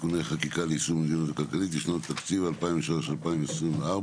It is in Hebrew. (תיקוני חקיקה ליישום המדיניות הכלכלית לשנות התקציב 2023 ו-2024),